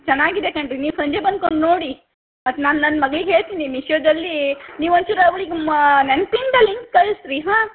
ಚೆನ್ನಾಗಿದೆ ಕಣ್ರೀ ನೀವು ಸಂಜೆ ಬಂದ್ಕೊಂ ನೋಡಿ ಮತ್ತು ನಾನು ನನ್ನ ಮಗ್ಳಿಗೆ ಹೇಳ್ತೀನಿ ಮೀಶೋದಲ್ಲಿ ನೀವು ಒಂದು ಚೂರು ಅವ್ಳಿಗೆ ಮಾ ನೆನಪಿಂದ ಲಿಂಕ್ ಕಳಿಸ್ರೀ ಹಾಂ